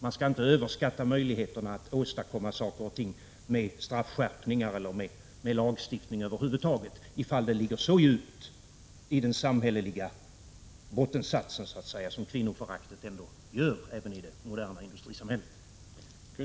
Man skall inte överskatta möjligheterna att åstadkomma saker och ting med straffskärpningar eller med lagstiftning över huvud taget, om det gäller företeelser som ligger så djupt i den samhälleliga bottensatsen, så att säga, som kvinnoföraktet ändå gör i det moderna industrisamhället.